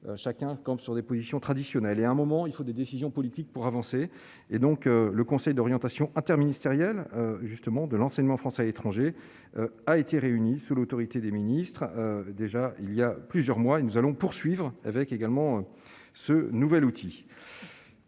chacun campe sur des positions traditionnelles et à un moment il faut des décisions politiques pour avancer et donc le conseil d'orientation interministériel justement de l'enseignement français à l'étranger a été réunie sous l'autorité des ministres déjà il y a plusieurs mois, et nous allons poursuivre avec également ce nouvel outil.